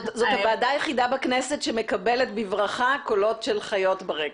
זאת הוועדה היחידה בכנסת שמקבלת בברכה קולות של חיות ברקע,